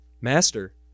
Master